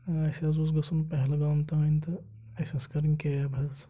اَسہِ حظ اوس گژھُن پہلگام تام تہٕ اَسہِ ٲس کَرٕنۍ کیب حظ